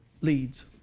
leads